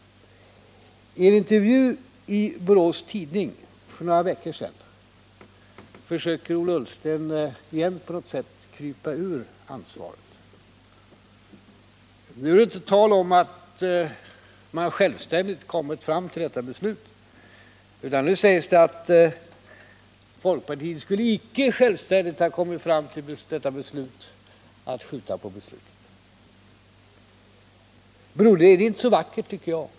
Ien intervju i Borås Tidning för några veckor sedan försökte Ola Ullsten än en gång krypa ur ansvaret. Nu är det inte tal om att man självständigt har kommit fram till detta beslut, utan nu sägs det att folkpartiet inte på egen hand skulle ha kommit fram till beslutet att skjuta på avgörandet. Det är inte så vackert, tycker jag.